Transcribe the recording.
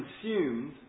consumed